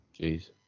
Jeez